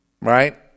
Right